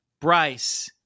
Bryce